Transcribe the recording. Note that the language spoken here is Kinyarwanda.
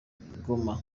goma